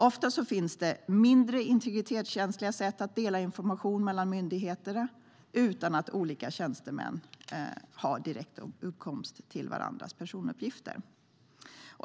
Ofta finns det mindre integritetskänsliga sätt att dela information mellan myndigheterna utan att olika tjänstemän har direkt åtkomst till varandras personuppgifter.